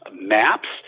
maps